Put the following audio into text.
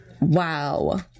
Wow